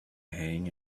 hang